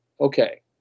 okay